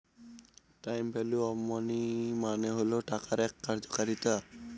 time value of money মানে হল টাকার এক কার্যকারিতা